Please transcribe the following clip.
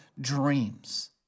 dreams